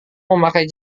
memakai